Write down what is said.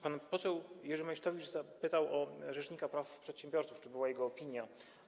Pan poseł Jerzy Meysztowicz zapytał o rzecznika praw przedsiębiorców, o to, czy była jego opinia.